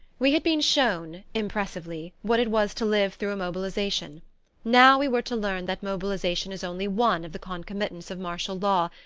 we had been shown, impressively, what it was to live through a mobilization now we were to learn that mobilization is only one of the concomitants of martial law,